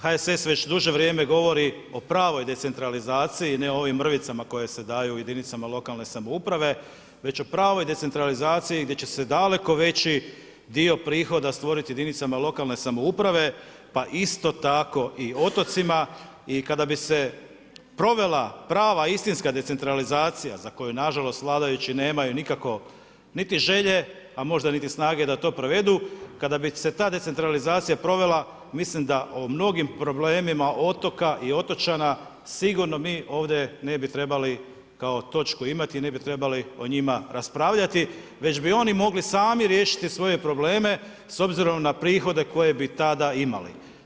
HSS već duže vrijeme govori o pravoj decentralizaciji, ne o ovim mrvicama koje se daju jedinicama lokalne samouprave već o pravoj decentralizaciji gdje će se daleko veći dio prihoda stvoriti jedinicama lokalne samouprave, pa isto tako i otocima i kada bi se provela prava istinska decentralizacija za koju nažalost, vladajući nemaju nikako niti želje, a možda niti snage da to provedu, kada bi se ta decentralizacija provela, mislim da o mnogim problemima otoka i otočana sigurno mi ovdje ne bi trebali kao točku imati i ne bi trebali o njima raspravljati, već bi oni mogli sami riješiti svoje probleme s obzirom na prihode koje bi tada imali.